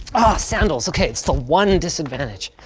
ah, sandals, okay, it's the one disadvantage.